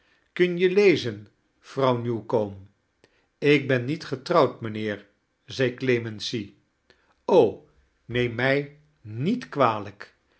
ktin je lezen vrouw newton ik ben niet getrouwd mijnheer zei clemency neem mij niet kwalijk